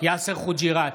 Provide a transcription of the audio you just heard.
יאסר חוג'יראת,